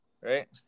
right